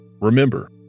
Remember